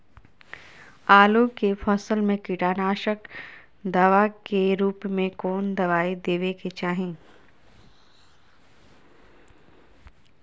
आलू के फसल में कीटनाशक दवा के रूप में कौन दवाई देवे के चाहि?